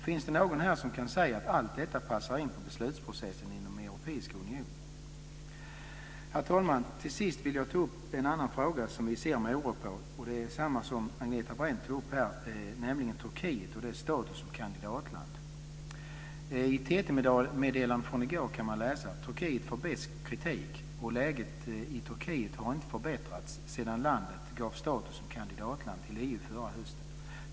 Finns det någon här som kan säga att allt detta passar in på beslutsprocessen inom den europeiska unionen? Herr talman! Till sist vill jag ta upp en annan fråga som vi ser med oro på, och det är densamma som Agneta Brendt tog upp, nämligen Turkiet och dess status som kandidatland. I ett TT-meddelande från i går kan man läsa: "Turkiet får besk EU-kritik. Läget i Turkiet har inte förbättrats sedan landet gavs status som kandidatland till EU förra hösten.